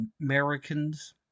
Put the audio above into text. Americans